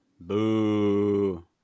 Boo